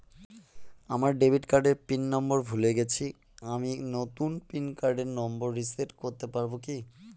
আমার ডেবিট কার্ডের pin number ভুলে গেছি আমি নূতন পিন নম্বর রিসেট করতে পারবো কি?